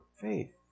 faith